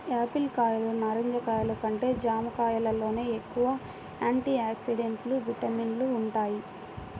Apple కాయలు, నారింజ కాయలు కంటే జాంకాయల్లోనే ఎక్కువ యాంటీ ఆక్సిడెంట్లు, విటమిన్లు వుంటయ్